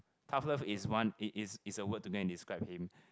tough love is one it is is a word to go and describe him